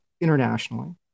internationally